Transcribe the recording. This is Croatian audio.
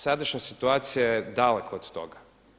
Sadašnja situacija je daleko od toga.